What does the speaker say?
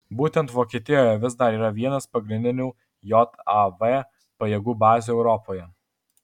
būtent vokietijoje vis dar yra vienos pagrindinių jav pajėgų bazių europoje